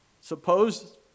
Suppose